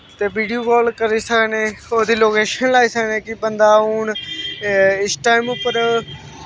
ते video call करी सकनें ओह्दी लोकेशन लाई सकने कि बंदा हून इस टैम उप्पर